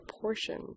portion